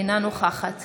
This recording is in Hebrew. אינה נוכחת